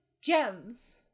gems